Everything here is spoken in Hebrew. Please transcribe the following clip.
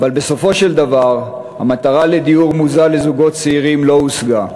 אבל בסופו של דבר המטרה של דיור מוזל לזוגות צעירים לא הושגה.